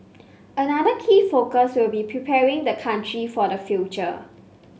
another key focus will be preparing the country for the future